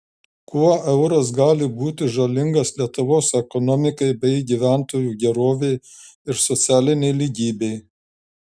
kuo euras gali būti žalingas lietuvos ekonomikai bei gyventojų gerovei ir socialinei lygybei